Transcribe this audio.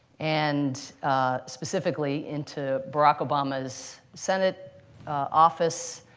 and specifically into barack obama's senate office,